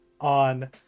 on